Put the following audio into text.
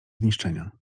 zniszczenia